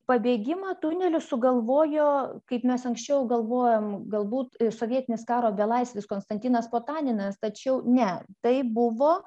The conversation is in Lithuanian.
pabėgimą tuneliu sugalvojo kaip mes anksčiau galvojom galbūt sovietinis karo belaisvis konstantinas potaninas tačiau ne tai buvo